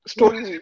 Stories